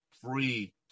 free